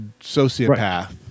sociopath